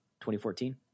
2014